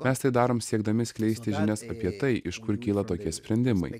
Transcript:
mes tai darom siekdami skleisti žinias apie tai iš kur kyla tokie sprendimai